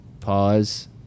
pause